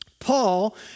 Paul